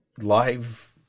Live